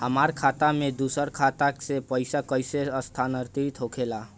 हमार खाता में दूसर खाता से पइसा कइसे स्थानांतरित होखे ला?